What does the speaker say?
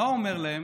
מה הוא אומר להם?